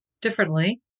differently